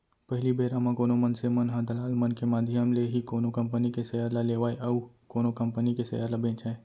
पहिली बेरा म कोनो मनसे मन ह दलाल मन के माधियम ले ही कोनो कंपनी के सेयर ल लेवय अउ कोनो कंपनी के सेयर ल बेंचय